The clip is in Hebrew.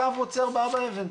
הקו עוצר באבא אבן,